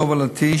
בהובלתי,